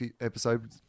episode